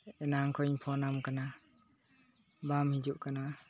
ᱮᱱᱟᱝ ᱠᱷᱚᱡ ᱤᱧ ᱯᱷᱳᱱᱟᱢ ᱠᱟᱱᱟ ᱵᱟᱢ ᱦᱤᱡᱩᱜ ᱠᱟᱱᱟ